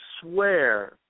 swear